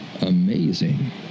Amazing